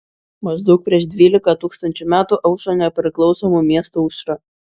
maždaug prieš dvylika tūkstančių metų aušo nepriklausomų miestų aušra